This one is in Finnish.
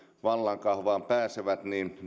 vallan kahvaan pääsevät